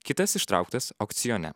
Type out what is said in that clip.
kitas ištrauktas aukcione